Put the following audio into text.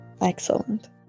Excellent